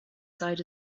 side